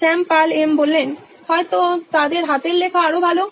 শ্যাম হয়তো তাদের হাতের লেখা আরো ভালো